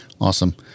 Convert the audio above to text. Awesome